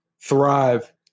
thrive